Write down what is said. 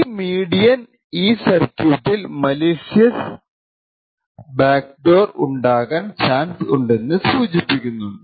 ഈ മീഡിയൻ ഈ സർക്യൂട്ടിൽ മലിഷ്യ സ്ബാക്ടോർ ഉണ്ടാകാൻ ചാൻസ് ഉണ്ടെന്ന് സൂചിപ്പിക്കുന്നുണ്ട്